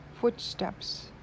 footsteps